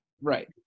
Right